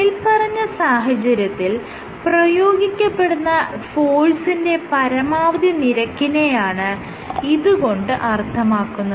മേല്പറഞ്ഞ സാഹചര്യത്തിൽ പ്രയോഗിക്കപ്പെടുന്ന ഫോഴ്സിന്റെ പരമാവധി നിരക്കിനെയാണ് ഇതുകൊണ്ട് അർത്ഥമാക്കുന്നത്